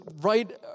right